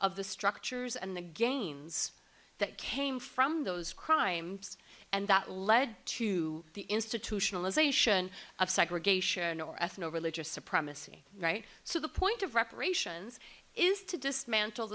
of the structures and the gains that came from those crimes and that led to the institutionalization of segregation or ethno religious supremacy right so the point of reparations is to dismantle